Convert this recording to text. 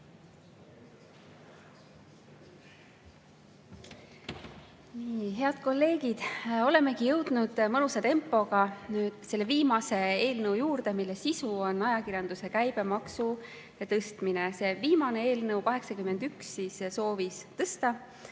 Head kolleegid! Olemegi jõudnud mõnusa tempoga viimase eelnõu juurde, mille sisu on ajakirjanduse käibemaksu tõstmine. Selle viimase eelnõuga, 81‑ga, soovitakse tõsta